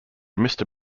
mister